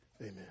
amen